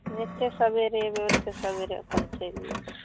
जतेक सबेरे अएबै ओतेक सबेरे अपन चलि जाएब